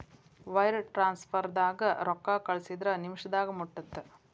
wire ಟ್ರಾನ್ಸ್ಫರ್ದಾಗ ರೊಕ್ಕಾ ಕಳಸಿದ್ರ ನಿಮಿಷದಾಗ ಮುಟ್ಟತ್ತ